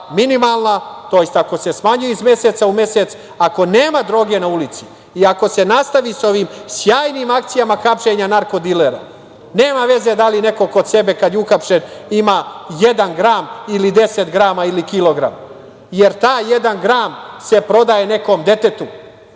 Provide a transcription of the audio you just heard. minimalna, tj. ako se smanjuje iz meseca u mesec, ako nema droge na ulici i ako se nastavi sa ovim sjajnim akcijama hapšenja narko-dilera, nema veze da li neko kod sebe kad je uhapšen ima jedan gram, deset grama ili kilogram, jer taj jedan gram se prodaje nekom detetu